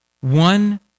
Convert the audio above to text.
one